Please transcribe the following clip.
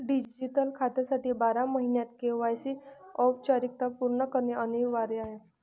digital खात्यासाठी बारा महिन्यांत के.वाय.सी औपचारिकता पूर्ण करणे अनिवार्य आहे